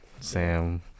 Sam